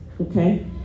okay